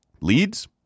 leads